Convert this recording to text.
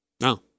No